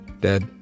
dead